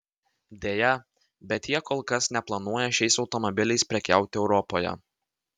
deja bet jie kol kas neplanuoja šiais automobiliais prekiauti europoje